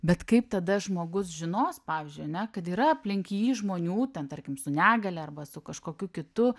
bet kaip tada žmogus žinos pavyzdžiui ane kad yra aplink jį žmonių ten tarkim su negalia arba su kažkokiu kitu